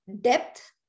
depth